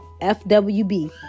fwb